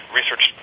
research